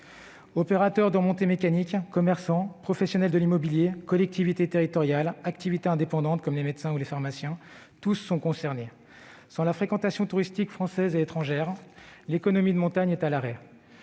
Opérateurs de remontées mécaniques, commerçants, professionnels de l'immobilier, collectivités territoriales ou travailleurs indépendants comme les médecins ou les pharmaciens, tous sont concernés. Sans la fréquentation touristique française et étrangère, l'économie de montagne est à l'arrêt.